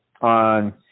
on